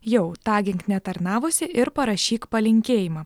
jau tagink netarnavusį ir parašyk palinkėjimą